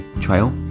Trail